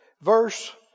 Verse